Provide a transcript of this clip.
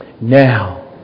now